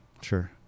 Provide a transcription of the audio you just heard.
Sure